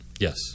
Yes